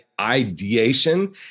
ideation